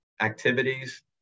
activities